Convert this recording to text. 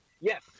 Yes